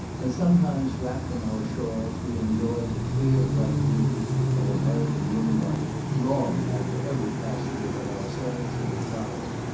and sometimes wrapped in our shawls, we enjoyed the clear bright beauty of american moonlight long after every passenger but ourselves had retired.